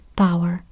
power